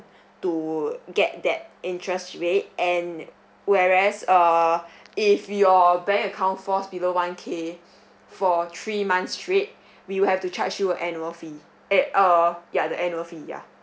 to get that interest rate and whereas err if your bank account falls below one K for three months straight we will have to charge you annual fee eh uh ya the annual fee ya